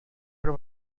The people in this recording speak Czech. pro